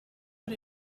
but